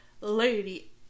Lady